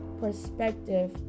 perspective